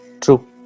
True